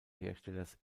herstellers